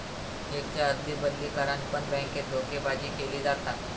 चेकच्या अदली बदली करान पण बॅन्केत धोकेबाजी केली जाता